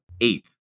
eighth